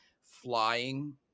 flying